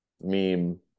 meme